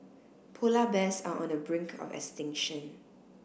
polar bears are on the brink of extinction